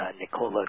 Nicola